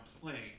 playing